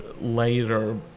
later